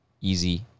Easy